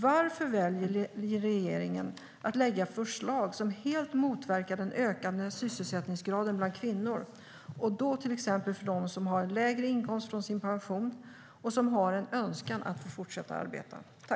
Varför väljer regeringen att lägga fram förslag som helt motverkar den ökande sysselsättningsgraden bland kvinnor, till exempel för dem som har lägre inkomst från sin pension och som har en önskan om att få fortsätta arbeta?